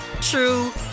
true